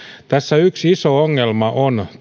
tässä konfliktissa yksi iso ongelma on